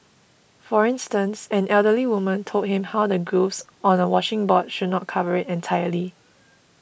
for instance an elderly woman told him how the grooves on a washing board should not cover it entirely